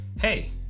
hey